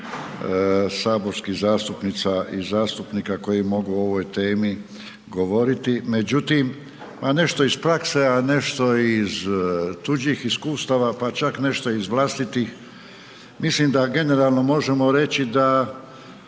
saborskih zastupnica i zastupnika koji mogu o ovoj temi govoriti međutim a nešto iz prakse a nešto iz tuđih iskustava pa čak nešto i iz vlastitih, mislim da generalno možemo reći da